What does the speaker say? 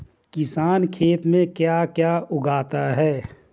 किसान खेत में क्या क्या उगाता है?